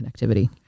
connectivity